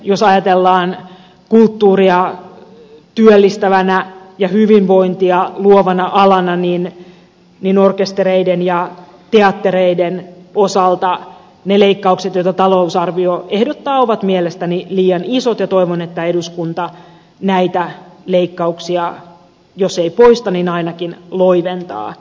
jos ajatellaan kulttuuria työllistävänä ja hyvinvointia luovana alana niin orkestereiden ja teattereiden osalta ne leikkaukset joita talousarvio ehdottaa ovat mielestäni liian isot ja toivon että eduskunta näitä leikkauksia jos ei poista niin ainakin loiventaa